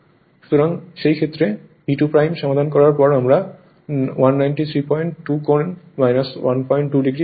সুতরাং সেই ক্ষেত্রে V2 সমাধান করার পর আমরা 1932 কোণ 12 ডিগ্রী পাই